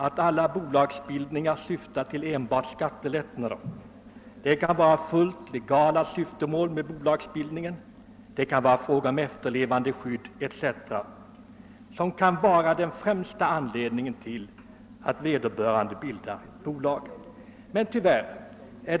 Alla bolagsbildningar syftar ingalunda till enbart skattelättnader. Syftet med bolagsbildningen kan vara fullt legalt, t.ex. skydd för efterlevande och liknande. Detta kan vara den främsta anledningen till att vederbörande har bildat ett enmansbolag.